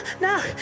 no